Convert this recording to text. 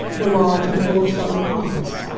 were large and full of subtle promise.